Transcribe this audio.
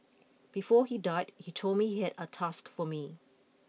before he died he told me he had a task for me